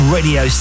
Radio